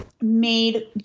made